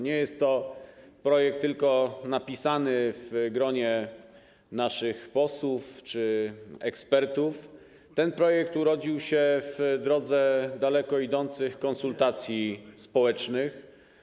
Nie jest to projekt napisany tylko w gronie naszych posłów czy ekspertów, ten projekt urodził się w drodze daleko idących konsultacji społecznych.